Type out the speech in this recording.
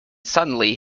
suddenly